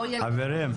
חברים,